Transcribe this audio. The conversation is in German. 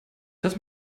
das